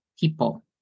people